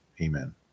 Amen